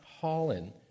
Holland